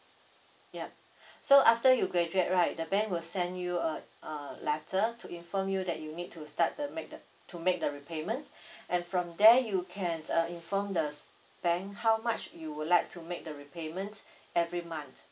ya so after you graduate right the bank will send you a a letter to inform you that you need to start the make the to make the repayment and from there you can uh inform the bank how much you would like to make the repayment every month